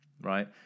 right